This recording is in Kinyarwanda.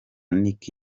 nick